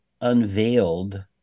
unveiled